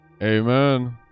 Amen